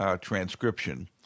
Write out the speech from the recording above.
transcription